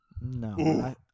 No